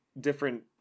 different